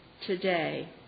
today